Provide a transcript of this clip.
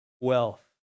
wealth